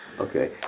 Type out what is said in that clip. Okay